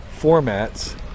formats